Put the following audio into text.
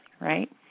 right